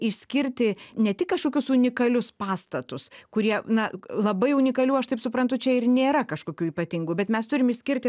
išskirti ne tik kažkokius unikalius pastatus kurie na labai unikalių aš taip suprantu čia ir nėra kažkokių ypatingų bet mes turim išskirti